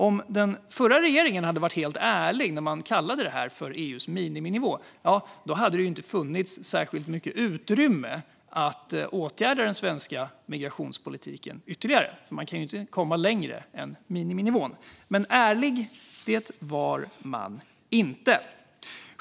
Om den förra regeringen hade varit helt ärlig när de kallade detta EU:s miniminivå hade det inte funnits särskilt mycket utrymme att åtgärda den svenska migrationspolitiken ytterligare. Man kan ju inte komma lägre än till miniminivån. Men ärlig, det var man inte.